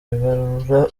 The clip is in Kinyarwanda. ibarura